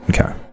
Okay